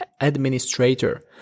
administrator